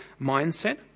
mindset